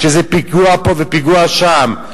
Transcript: שזה פיגוע פה ופיגוע שם.